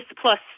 plus